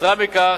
יתירה מכך,